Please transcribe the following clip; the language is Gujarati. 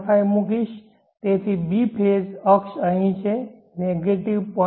5 મૂકીશ તેથી b ફેઝ અક્ષ અહીં છે નેગેટીવ 0